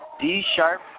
D-sharp